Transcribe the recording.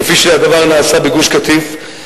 כפי שהדבר נעשה בגוש-קטיף,